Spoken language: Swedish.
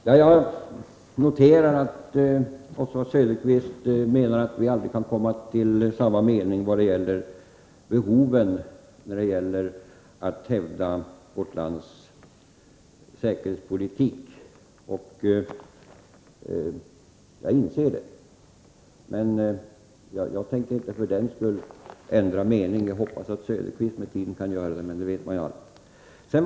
Herr talman! Jag noterar att Oswald Söderqvist säger att vi aldrig kan komma till samma mening när det gäller behovet att hävda vårt lands säkerhetspolitik. Ja, jag inser att det är så. Men jag tänker för den skull inte ändra mening. Jag hoppas att Oswald Söderqvist med tiden kan göra det, men det vet man ju aldrig.